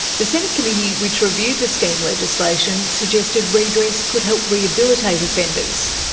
the senate committee which reviewed the scheme legislation suggested redress could help rehabilitate offenders.